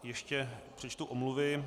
Ještě přečtu omluvy.